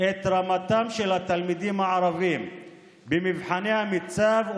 את רמתם של התלמידים הערבים במבחני המיצ"ב,